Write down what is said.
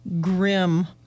grim